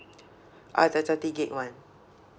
uh the thirty gigabyte [one]